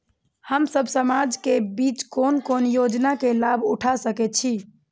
हम सब समाज के बीच कोन कोन योजना के लाभ उठा सके छी?